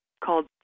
called